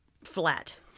flat